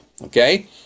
okay